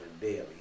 daily